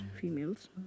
females